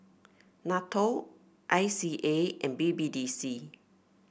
NATO I C A and B B D C